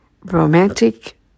romantic